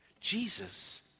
Jesus